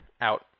out